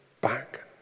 back